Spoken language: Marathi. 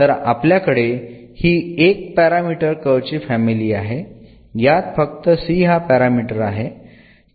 तर आपल्याकडे हि 1 पॅरामीटर कर्व ची फॅमिली आहे यात फक्त c हा पॅरामीटर आहे